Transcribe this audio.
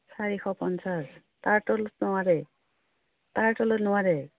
চাৰিশ পঞ্চাছ তাৰ তলত নোৱাৰে তাৰ তলত নোৱাৰে